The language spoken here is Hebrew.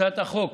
הצעת החוק